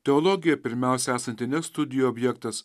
teologija pirmiausia esanti ne studijų objektas